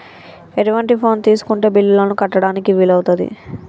ఎటువంటి ఫోన్ తీసుకుంటే బిల్లులను కట్టడానికి వీలవుతది?